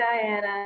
Diana